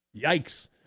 Yikes